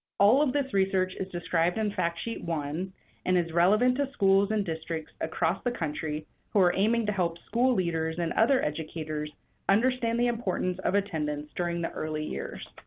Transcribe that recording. all of this research is described in fact sheet one and is relevant to schools and districts across the country who are aiming to help school leaders and other educators understand the importance of attendance during the early years.